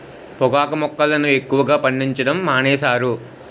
పొగాకు మొక్కలను ఎక్కువగా పండించడం మానేశారు